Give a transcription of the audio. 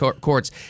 courts